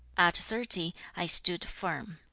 at thirty, i stood firm.